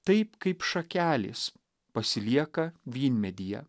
taip kaip šakelės pasilieka vynmedyje